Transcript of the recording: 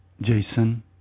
Jason